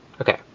Okay